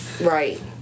Right